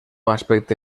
aspecte